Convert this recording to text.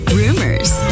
rumors